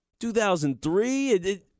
2003